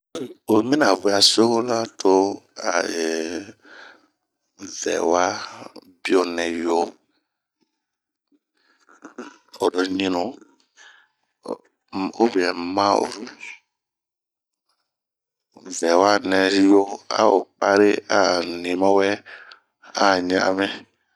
Oyi mina a we'ah sokora to'a eeh, vɛwa nɛ bio nɛ yoo, oro ɲinu, ubɛn ma'oro, vɛwa nɛ yoo, ao pari a nii mawɛ,a ɲan'anmi.